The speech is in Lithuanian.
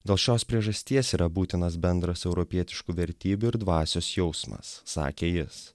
dėl šios priežasties yra būtinas bendras europietiškų vertybių ir dvasios jausmas sakė jis